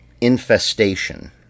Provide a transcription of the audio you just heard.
infestation